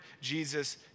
Jesus